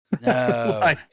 No